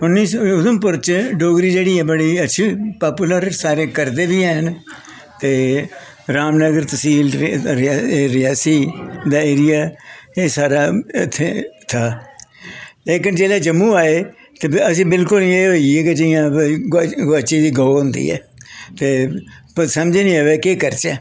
उन्नी सौ उधमपुर च डोगरी जेह्ड़ी ऐ बड़ी अच्छी पॉपूलर सारे करदे बी हैन ते रामनगर तसील ते रियासी दा एरिया एह् सारा इत्थें था लेकिन जेल्लै जम्मू आए ते अस बिल्कुल इ'यां होइये जि'यां गोआची दी गौऽ होंदी ऐ ते समझ निं आवै केह् करचै